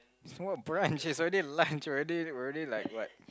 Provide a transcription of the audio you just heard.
what brunch is already lunch already already like what